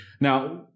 Now